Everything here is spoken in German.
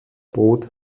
brot